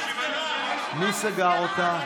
מי סגר אותה?